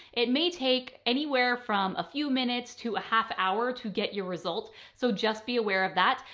it may take anywhere from a few minutes to a half hour to get your result. so just be aware of that.